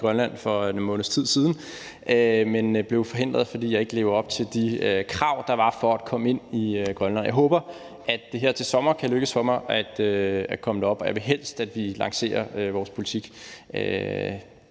Grønland for en måneds tid siden, men jeg blev forhindret, fordi jeg ikke lever op til de krav, der var for at komme ind i Grønland. Jeg håber, at det her til sommer kan lykkedes for mig at komme derop, og jeg vil helst have, at vi lancerer vores politik